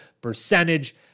percentage